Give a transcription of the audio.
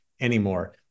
anymore